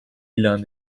ilan